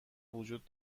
وجود